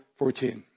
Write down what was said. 14